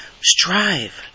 strive